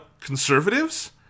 conservatives